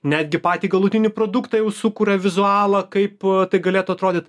netgi patį galutinį produktą jau sukuria vizualą kaip a tai galėtų atrodyti